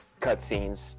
cutscenes